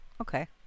okay